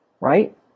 right